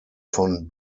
von